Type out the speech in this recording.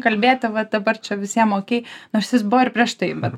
kalbėti va dabar čia visiem okey nors jis buvo ir prieš tai bet